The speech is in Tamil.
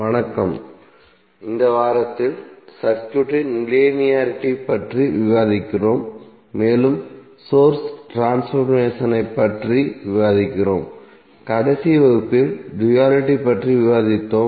வணக்கம் இந்த வாரத்தில் சர்க்யூட்டின் லீனியாரிட்டி பற்றி விவாதிக்கிறோம் மேலும் சோர்ஸ் ட்ரான்ஸ்பர்மேசன் ஐப் பற்றி விவாதிக்கிறோம் கடைசி வகுப்பில் டுயலிட்டி பற்றி விவாதித்தோம்